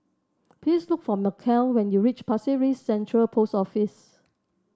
please look for Mikel when you reach Pasir Ris Central Post Office